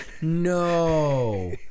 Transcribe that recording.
No